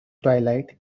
twilight